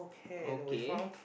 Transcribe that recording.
okay